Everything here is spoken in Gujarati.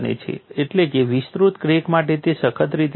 એટલે કે વિસ્તૃત ક્રેક માટે તે સખત રીતે માન્ય નથી